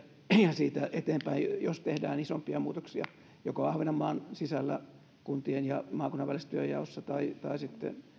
siitä eteenpäin jos tehdään isompia muutoksia joko ahvenanmaan sisällä kuntien ja maakunnan välisessä työnjaossa tai tai sitten